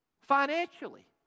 financially